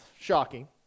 Shocking